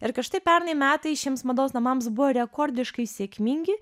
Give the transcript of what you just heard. ir kad štai pernai metai šiems mados namams buvo rekordiškai sėkmingi